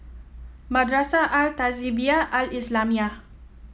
Madrasah Al Tahzibiah Al Islamiah